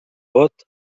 vot